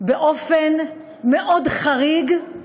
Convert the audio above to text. באופן מאוד חריג,